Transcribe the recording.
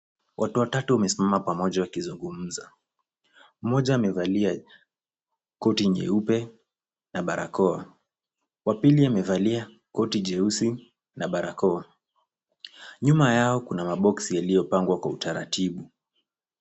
Watu watatu wamesimama pamoja wakizungumza. Mmoja amevalia koti nyeupe na barakoa, wa pili amevalia koti jeusi na barakoa. Nyuma yao kuna maboksi yaliyopangwa kwa utaratibu.